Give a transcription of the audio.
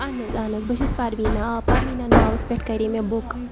اہَن حظ اہَن حظ بہٕ چھس پَرویٖنہ آ پَرویٖنہ ناوَس پٮ۪ٹھ کَرے مےٚ بُک